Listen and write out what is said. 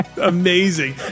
Amazing